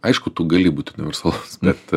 aišku tu gali būt universal bet